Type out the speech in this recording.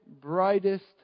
brightest